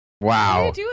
Wow